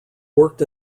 worked